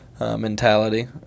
mentality